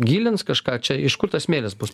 gilins kažką čia iš kur tas smėlis bus